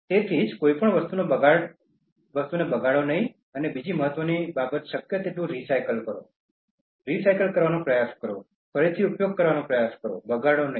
તેથી જ કોઈ પણ વસ્તુનો બગાડો નહીં અને બીજી મહત્ત્વની બાબત શક્ય તેટલું કચરો રિસાયકલ કરો રિસાયકલ કરવાનો પ્રયાસ કરો ફરીથી ઉપયોગ કરવાનો પ્રયાસ કરો બગાડો નહીં